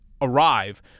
arrive